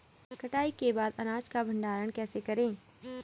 कटाई के बाद अनाज का भंडारण कैसे करें?